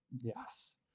Yes